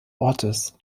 ortes